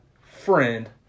friend